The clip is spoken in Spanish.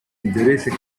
intereses